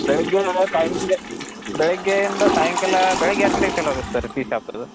ಬೆಳಿಗ್ಗೆ ಟೈಮಿಂಗ್ ಎಷ್ಟು ಬೆಳಿಗ್ಗೆಯಿಂದ ಸಾಯಂಕಾಲ ಬೆಳಿಗ್ಗೆ ಎಷ್ಟು ಗಂಟೆಗೆ ಚಾಲೂ ಆಗುತ್ತೆ ಸರ್ ಟೀ ಶಾಪ್ ಅದು